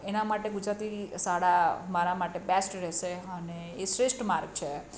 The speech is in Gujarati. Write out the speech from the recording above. એના માટે ગુજરાતી શાળા મારા માટે બેસ્ટ રહેશે અને એ શ્રેષ્ઠ માર્ગ છે